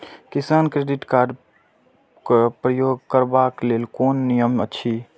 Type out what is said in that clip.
किसान credit card क प्रयोग करबाक लेल कोन नियम अछि?